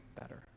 better